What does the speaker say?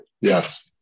Yes